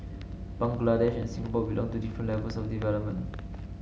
Bangladesh and Singapore belong to different levels of development